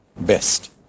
best